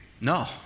No